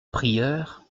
prieure